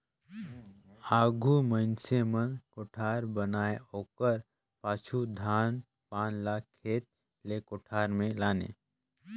आघु मइनसे मन कोठार बनाए ओकर पाछू धान पान ल खेत ले कोठार मे लाने